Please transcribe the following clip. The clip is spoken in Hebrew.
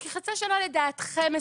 כי חצי שנה לדעתכם מספקת.